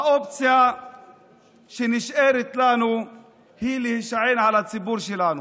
האופציה שנשארת לנו היא להישען על הציבור שלנו.